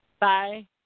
bye